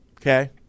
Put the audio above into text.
Okay